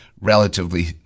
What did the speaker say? relatively